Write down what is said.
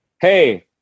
Hey